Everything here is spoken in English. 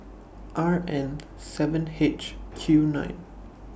R N seven H Q nine